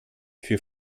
für